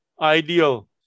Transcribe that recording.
ideal